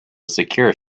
secure